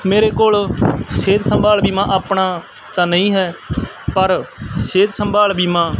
ਮੇਰੇ ਕੋਲ ਸਿਹਤ ਸੰਭਾਲ ਬੀਮਾ ਆਪਣਾ ਤਾਂ ਨਹੀਂ ਹੈ ਪਰ ਸਿਹਤ ਸੰਭਾਲ ਬੀਮਾ